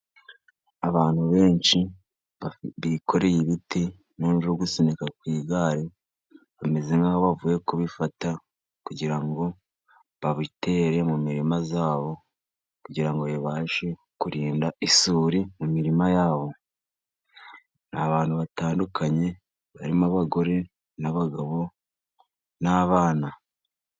Abantu benshi bikoreye ibiti n'undi uri gusunika kw'igare bameze nkaho bavuye kubifata kugira ngo babitere mu mirima yabo kugira ngo bibashe kurinda isuri mu mirima yabo. Ni abantu batandukanye barimo abagore n'abagabo n'abana.